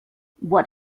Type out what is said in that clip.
what